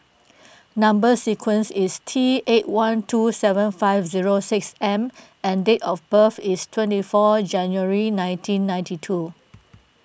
Number Sequence is T eight one two seven five zero six M and date of birth is twenty four January nineteen ninety two